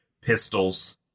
pistols